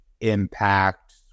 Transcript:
impact